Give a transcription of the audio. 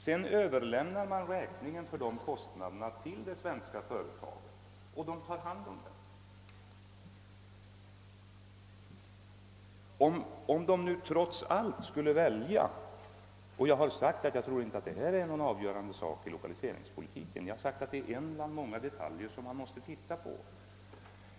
Sedan lämnar man räkningen för kostnaderna till de svenska företagen. Jag har framhållit som min uppfattning att detta inte är någon avgörande fråga för lokaliseringspolitiken utan att det är en av de många detaljer som man måste undersöka.